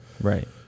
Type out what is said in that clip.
Right